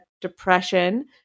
depression